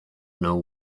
know